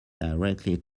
directly